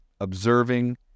observing